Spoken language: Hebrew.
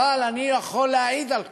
אבל אני יכול להעיד על כך.